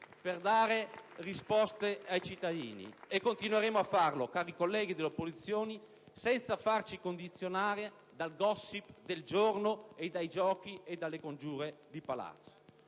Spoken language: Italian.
per dare risposte ai cittadini e continueremo a farlo, cari colleghi delle opposizioni, senza farci condizionare dal *gossip* del giorno e dai giochi e dalle congiure di palazzo.